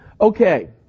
Okay